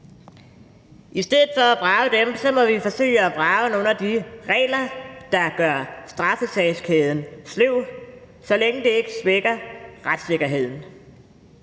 I stedet for at vrage dem må vi forsøge at vrage nogle af de regler, der gør straffesagskæden sløv, så længe det ikke svækker retssikkerheden.